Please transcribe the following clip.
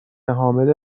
حامله